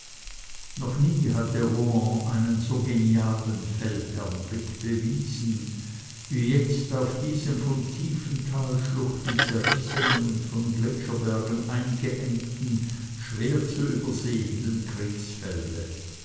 noch nie hatte rohan einen so genialen feldherrnblick bewiesen wie jetzt auf diesem von tiefen talschluchten zerrissenen und von gletscherbergen eingeengten schwer zu übersehenden